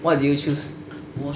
what did you choose